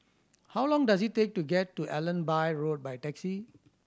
how long does it take to get to Allenby Road by taxi